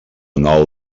nou